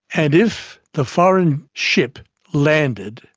and if the foreign ship landed,